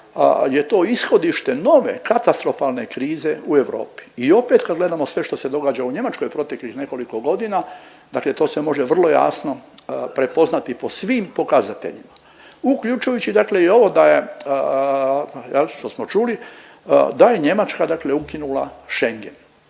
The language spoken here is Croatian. je to ishodište nove katastrofalne krize u Europi. I opet kad gledamo sve što se događa u Njemačkoj proteklih nekoliko godina, dakle to se može vrlo jasno prepoznati po svim pokazateljima uključujući dakle i ovo da je jel što smo čuli jel da je Njemačka dakle ukinula Schengen.